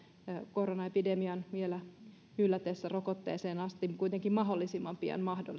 koronaepidemian vielä jyllätessä rokotteeseen asti kuitenkin mahdollisimman pian mahdollistuisi